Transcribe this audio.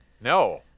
No